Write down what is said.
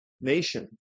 nation